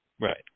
Right